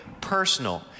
personal